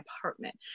apartment